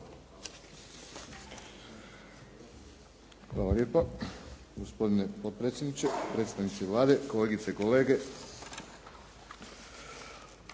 Hvala lijepo. Gospodine potpredsjedniče, kolege iz Vlade, kolegice i kolege.